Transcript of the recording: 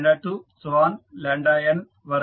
n వరకు ఉంటాయి